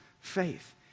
faith